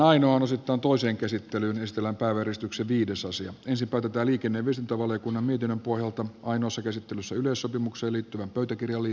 ehdotukset ovat vastakkaiset joten ensin äänestetään hanna mäntylän ehdotuksesta juha rehulan ehdotusta vastaan ja tämän jälkeen voittaneesta mietintöä vastaan